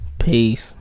Peace